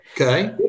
Okay